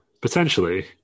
potentially